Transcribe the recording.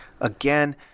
Again